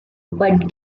but